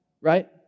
right